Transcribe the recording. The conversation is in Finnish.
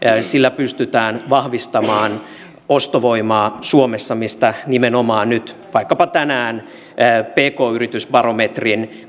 sillä pystytään vahvistamaan ostovoimaa suomessa mistä nimenomaan nyt vaikkapa tänään julkaistun pk yritysbarometrin